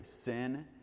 sin